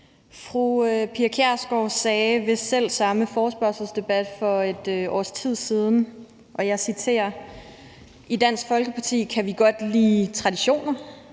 Fru Pia Kjærsgaards sagde ved selv samme forespørgselsdebat for et års tid siden, og jeg citerer: »I Dansk Folkeparti kan vi jo godt lide traditioner,